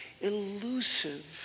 elusive